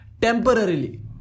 temporarily